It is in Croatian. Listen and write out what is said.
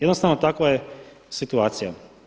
Jednostavno takva je situacija.